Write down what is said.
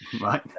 Right